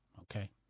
Okay